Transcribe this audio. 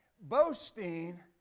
boasting